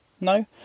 No